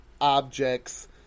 objects